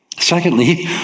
Secondly